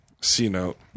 C-note